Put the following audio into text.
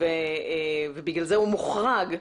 ולכן הוא מוחרג,